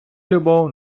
любов